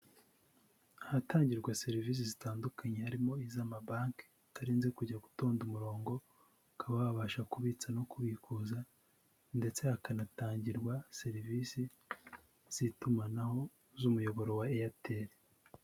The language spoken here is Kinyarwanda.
Ahatangirwa serivisi zitandukanye harimo iz'amabanki utarinze kujya gutonda umurongo, ukaba wabasha kubitsa no kubikuza ndetse hakanatangirwa serivisi z'itumanaho z'umuyoboro wa Airtel.